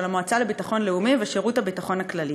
של המטה לביטחון לאומי ושירות הביטחון הכללי,